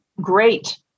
great